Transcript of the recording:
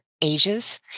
ages